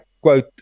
quote